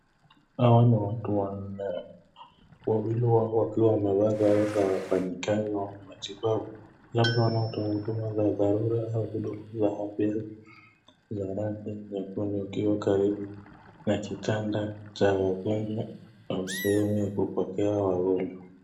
Hawa ni watu wanne, wawili wao wakiwa wamevaa sare za wafanyakazi wa matibabu labda wanatoa huduma za dharura au huduma za afya za rangi nyekundu wakiwa karibu na kitanda cha wagonjwa au sehemu ya kupokea wagonjwa.